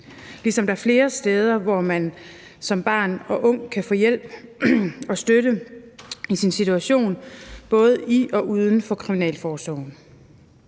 ligesom der er flere steder, hvor man som barn og ung kan få hjælp og støtte i sin situation, både i og uden for kriminalforsorgen.